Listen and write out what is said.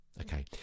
Okay